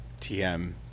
TM